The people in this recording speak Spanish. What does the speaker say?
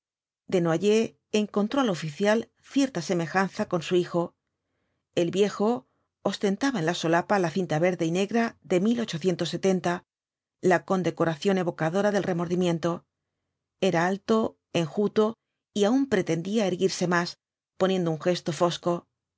desnoyers encontró al oficial cierta semejanza con su hijo el viejo ostentaba en la solapa la cinta verde y negra de la condecoración evocadora del remordimiento era alto enjuto y aun pretendía erguirse más poniendo un gesto fosco deseaba